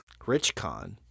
RichCon